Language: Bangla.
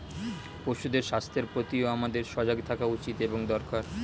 পশুদের স্বাস্থ্যের প্রতিও আমাদের সজাগ থাকা উচিত এবং দরকার